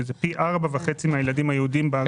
שזה פי 4.5 מהילדים היהודים בערים המעורבות.